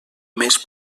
més